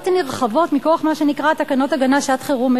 נרחבות מכוח מה שנקרא תקנות ההגנה (שעת-חירום),